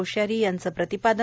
कोश्यारी यांचं प्रतिपादन